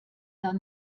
dann